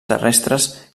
terrestres